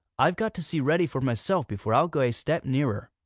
i've got to see reddy for myself before i'll go a step nearer,